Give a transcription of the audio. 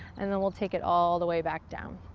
and then we'll take it all the way back down.